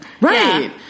right